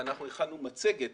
אנחנו הכנו מצגת